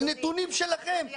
אלה נתונים שלכם.